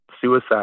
suicide